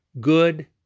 good